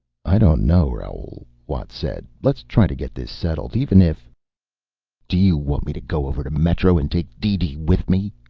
i don't know, raoul, watt said. let's try to get this settled even if do you want me to go over to metro and take deedee with me?